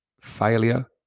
failure